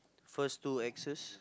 first two Xs